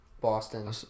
Boston